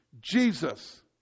Jesus